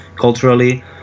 culturally